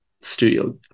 Studio